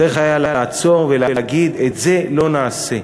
צריך היה לעצור ולהגיד: את זה לא נעשה.